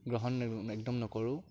গ্ৰহণ একদম নকৰোঁ